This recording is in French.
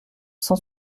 cent